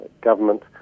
government